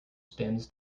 stands